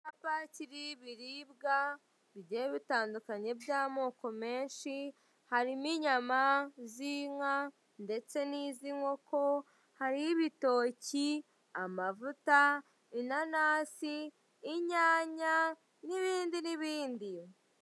Icyapa kiriho ibiribwa bigiye bitandukanye by'amoko menshi harimo inyama z'inka ndetse n'iz'inkoko hariho ibitoki, amavuta, inanasi, inyanya n'ibindi n'ibindi.